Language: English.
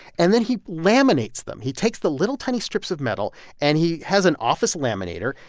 and then he laminates them. he takes the little tiny strips of metal and he has an office laminator,